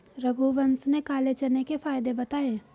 रघुवंश ने काले चने के फ़ायदे बताएँ